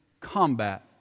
combat